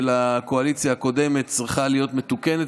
הקואליציה הקודמת צריכה להיות מתוקנת.